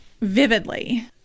vividly